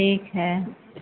ठीक है